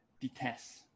detest